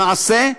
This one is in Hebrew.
למעשה,